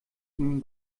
ihm